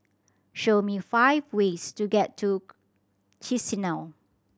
show me five ways to get to Chisinau